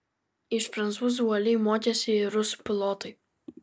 iš prancūzų uoliai mokėsi ir rusų pilotai